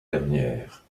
dernière